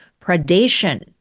predation